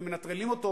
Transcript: ומנטרלים אותו,